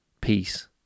peace